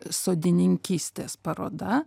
sodininkystės paroda